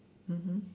mmhmm